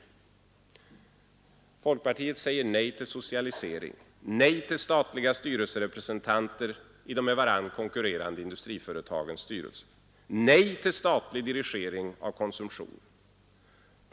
Folkpartiet säger nej till socialisering, nej till statliga styrelserepresentanter i de med varandra konkurrerande industriföretagens styrelser, nej till statlig dirigering av konsumtionen.